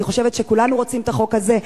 אני חושבת שכולנו רוצים את החוק הזה,